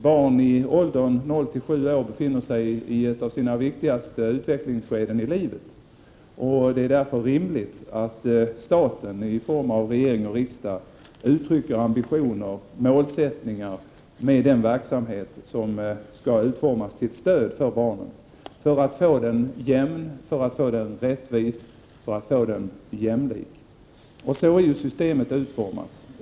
Barn i åldern 0—7 år befinner sig i ett av de viktigaste utvecklingsskedena i livet. Det är därför rimligt att staten i form av regering och riksdag uttrycker Prot. 1988/89:21 ambitioner och målsättningar för den verksamhet som skall utföras till stöd 10 november 1988 för barnen, för att få den jämn, för att få den rättvis, för att få den jämlik. Och så är systemet utformat.